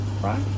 right